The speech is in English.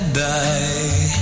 die